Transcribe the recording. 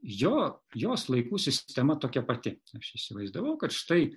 jo jos laikų sistema tokia pati aš įsivaizdavau kad štai